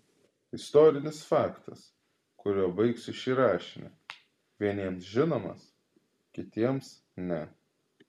istorinis faktas kuriuo baigsiu šį rašinį vieniems žinomas kitiems ne